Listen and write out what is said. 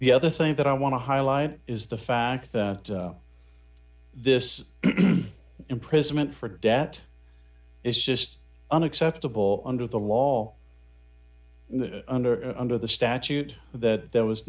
the other thing that i want to highlight is the fact that this imprisonment for debt is just unacceptable under the law under under the statute that there was